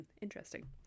interesting